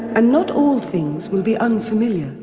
and not all things will be unfamiliar.